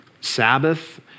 Sabbath